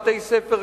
בתי-ספר,